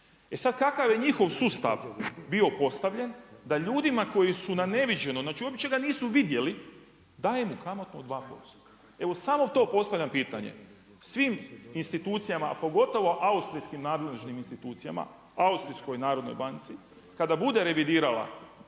E sad, kakav je njihov sustav bio postavljen da ljudima koji su na neviđeno, znači uopće ga nisu vidjeli, dali mu kamatu od 2%? Evo samo to postavljam pitanje. Svim institucijama, pogotovo austrijskim nadležnim institucijama, Austrijskom narednoj banci, kada bude revidirala,